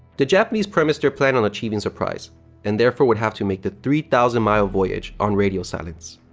the japanese premised their plan on achieving surprise and therefore would have to make the three thousand mile voyage on radio silence.